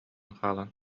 хаалан